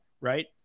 right